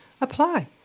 apply